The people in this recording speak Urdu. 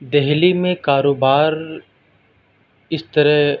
دہلی میں کاروبار اس طرح